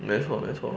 没错没错